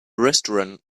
restaurant